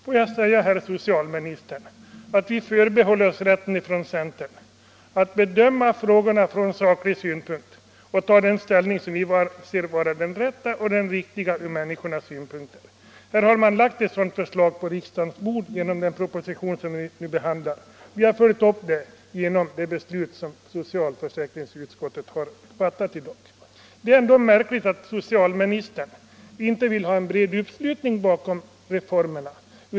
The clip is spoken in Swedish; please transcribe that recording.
Får jag säga, herr socialminister, att vi som tillhör centern förbehåller oss rätten att bedöma frågorna från saklig synpunkt och ta den ställning som vi anser vara den rätta och riktiga för människornas bästa. Här har man lagt ett sådant förslag på riksdagens bord genom den proposition som vi nu behandlar. Vi har följt upp den genom det beslut som socialförsäkringsutskottet har fattat. Det är märkligt att socialministern inte vill ha en bred uppslutning kring reformen.